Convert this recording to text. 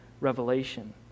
revelation